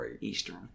Eastern